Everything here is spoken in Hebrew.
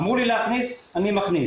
אמרו לי להכניס, אני מכניס.